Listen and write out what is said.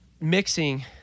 mixing